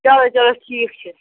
چلو چلو ٹھیٖک چھُ